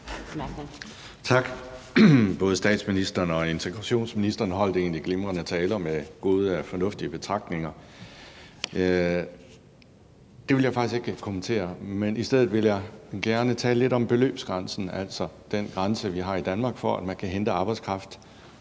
Tak. Både statsministeren og integrationsministeren holdt egentlig glimrende taler med gode, fornuftige betragtninger, så det vil jeg faktisk ikke kommentere. Men i stedet vil jeg gerne tale lidt om beløbsgrænsen, altså den grænse, vi har i Danmark, for, at man kan hente arbejdskraft